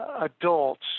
adults